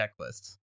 checklists